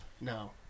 No